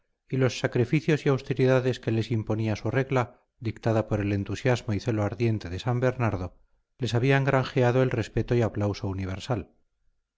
y los sacrificios y austeridades que les imponía su regla dictada por el entusiasmo y celo ardiente de san bernardo les habían granjeado el respeto y aplauso universal